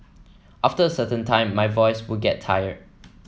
after a certain time my voice would get tired